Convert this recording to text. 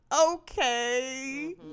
Okay